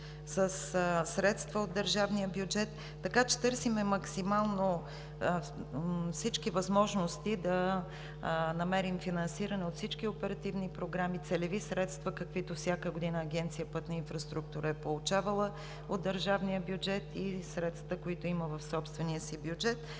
със средства от държавния бюджет. Търсим максимално всички възможности да намерим финансиране от всички оперативни програми – целеви средства, каквито всяка година Агенция „Пътна инфраструктура“ е получавала от държавния бюджет, и средствата, които има в собствения си бюджет.